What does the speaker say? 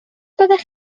byddech